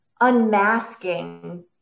unmasking